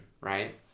right